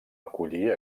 acollir